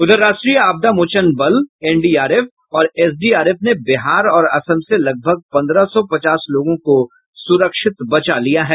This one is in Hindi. उधर राष्ट्रीय आपदा मोचन बल एन डी आर एफ और एस डी आर एफ ने बिहार और असम से लगभग सौ पचास लोगों को सुरक्षित बचा लिया गया है